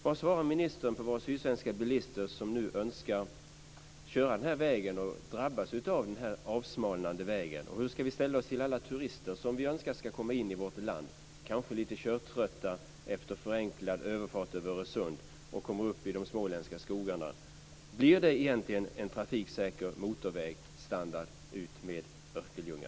Vad svarar ministern våra sydsvenska bilister som nu önskar köra den här vägen och som drabbas av den avsmalnande vägen? Hur ska vi ställa oss till alla turister som vi önskar ska komma in i vårt land och som kanske lite körtrötta efter förenklad överfart över Öresund kommer upp i de småländska skogarna? Blir det egentligen en trafiksäker motorvägsstandard utmed Örkelljunga?